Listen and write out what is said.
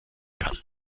kann